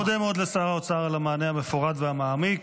אני מודה מאוד לשר האוצר על המענה המפורט והמעמיק.